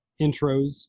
intros